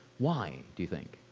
why do you think?